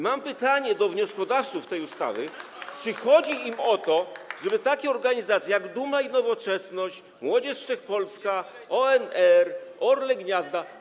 Mam pytanie do wnioskodawców tej ustawy: Czy chodzi im o to, żeby takie organizacje jak Duma i Nowoczesność, Młodzież Wszechpolska, ONR, Orle Gniazdo.